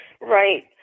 Right